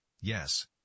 yes